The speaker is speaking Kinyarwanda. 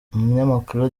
umunyamakuru